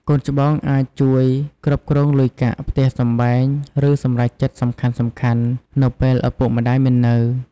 កូនច្បងអាចជួយគ្រប់គ្រងលុយកាក់ ផ្ទះសម្បែង ឬសម្រេចចិត្តសំខាន់ៗ នៅពេលឪពុកម្តាយមិននៅ។